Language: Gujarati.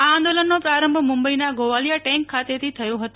આ આંદોલનનો પ્રારંભ મુંબઈના ગોવાલીયા ટેંક ખાતેથી થયો હતો